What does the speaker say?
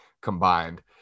combined